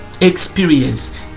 experience